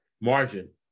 margin